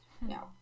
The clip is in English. No